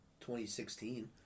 2016